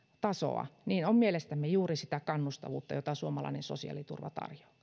tasoa on mielestämme juuri sitä kannustavuutta jota suomalainen sosiaaliturva